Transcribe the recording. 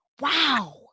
Wow